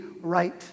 right